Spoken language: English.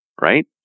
Right